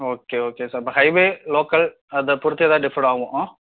okay okay sir இப்போ highway local அதை பொறுத்து எதாவது டிஃபார் ஆகும்